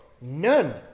none